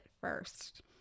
first